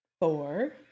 four